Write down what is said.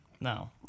No